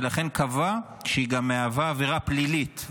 ולכן קבע שהיא גם מהווה עבירה פלילית,